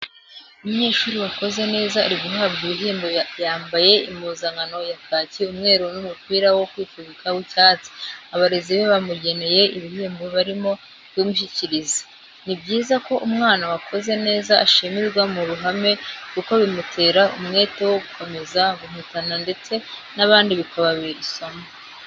Umunyeshuri wakoze neza ari guhabwa ibihembo yambaye impuzankano ya kaki, umweru n'umupira wo kwifubika w'icyatsi, abarezi be bamugeneye ibihembo barimo kubimushyikiriza, ni byiza ko umwana wakoze neza ashimirwa mu ruhame kuko bimutera umwete wo gukomeza guhatana ndetse n'abandi bikababera isomo.